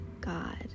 God